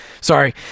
Sorry